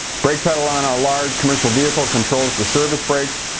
brake pedal on a large commercial vehicle controls the service brakes.